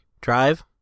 drive